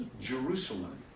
Jerusalem